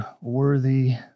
worthy